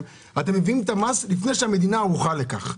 - אתם מביאים את המס לפני שהמדינה ערוכה לכך.